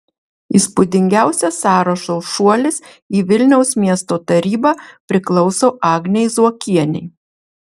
įspūdingiausias sąrašo šuolis į vilniaus miesto tarybą priklauso agnei zuokienei